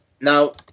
now